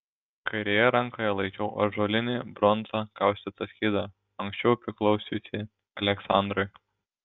kairėje rankoje laikiau ąžuolinį bronza kaustytą skydą anksčiau priklausiusį aleksandrui